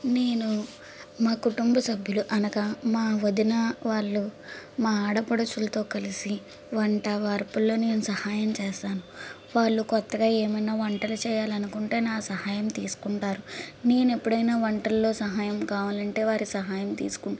నేను మా కుటుంబ సభ్యులు అనగా మా వదిన వాళ్ళు మా ఆడపడుచులతో కలిసి వంట వార్పుల్లో నేను సహాయం చేశాను వాళ్ళు కొత్తగా ఏమైనా వంటలు చేయాలనుకుంటే నా సహాయం తీసుకుంటారు నేను ఎప్పుడైనా వంటల్లో సహాయం కావాలంటే వారి సహాయం తీసుకుంటాను